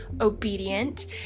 obedient